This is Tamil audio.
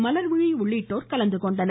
மலர்விழி உள்ளிட்டோர் கலந்துகொண்டனர்